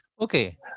okay